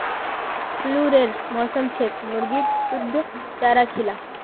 फ्लूरेर मौसम छेक मुर्गीक शुद्ध चारा खिला